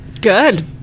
Good